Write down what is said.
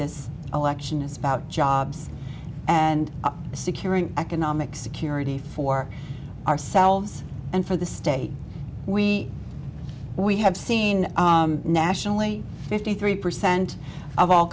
this election is about jobs and securing economic security for ourselves and for the state we we have seen nationally fifty three percent of all